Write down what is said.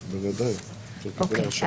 אוקיי.